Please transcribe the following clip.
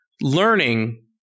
learning